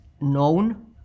known